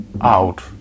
out